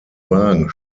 wagen